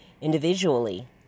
individually